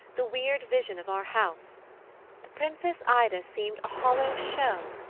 the weird vision of our house the princess ida seemed a hollow show,